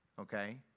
Okay